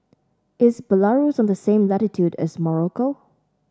is Belarus on the same latitude as Morocco